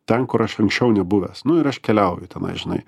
ten kur aš anksčiau nebuvęs nu ir aš keliauju tenai žinai